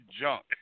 junk